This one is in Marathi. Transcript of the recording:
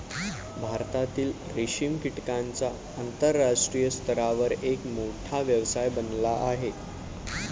भारतातील रेशीम कीटकांचा आंतरराष्ट्रीय स्तरावर एक मोठा व्यवसाय बनला आहे